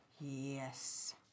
Yes